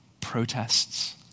protests